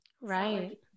right